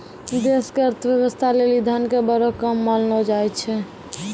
देश के अर्थव्यवस्था लेली धन के बड़ो काम मानलो जाय छै